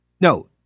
No